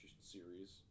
series